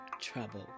trouble